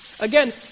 Again